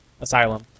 asylum